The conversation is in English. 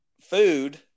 food